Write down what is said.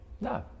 No